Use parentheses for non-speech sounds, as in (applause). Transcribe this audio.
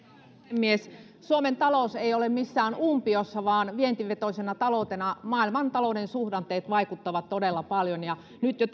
puhemies suomen talous ei ole missään umpiossa vaan vientivetoisena taloutena maailman talouden suhdanteet vaikuttavat todella paljon nyt jo (unintelligible)